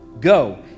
go